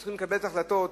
שצריכים לקבל את ההחלטות,